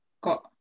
got